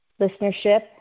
listenership